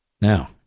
Now